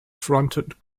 fronted